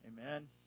Amen